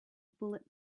bullet